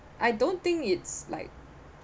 I don't think it's like